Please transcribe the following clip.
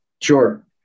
Sure